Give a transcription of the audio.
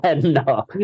No